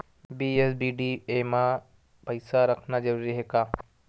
BSBDA मा पईसा रखना जरूरी हे का?